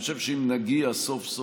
אני חושב שאם נגיע סוף-סוף